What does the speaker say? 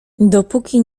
dopóki